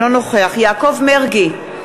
אינו נוכח יעקב מרגי,